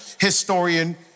historian